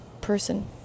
person